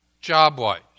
job-wise